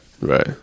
Right